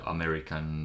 American